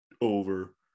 over